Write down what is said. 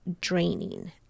draining